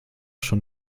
schon